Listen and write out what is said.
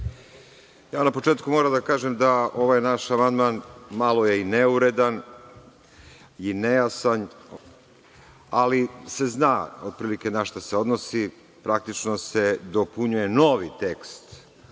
Na početku moram da kažem da ovaj naš amandman malo je i neuredan i nejasan, ali se zna od prilike na šta se odnosi. Praktično se dopunjuje novi tekst